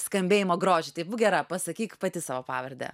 skambėjimo grožį tai būk gera pasakyk pati savo pavardę